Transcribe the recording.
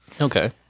Okay